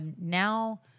now